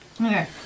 Okay